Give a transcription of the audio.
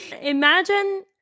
Imagine